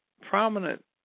prominent